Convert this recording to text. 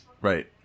Right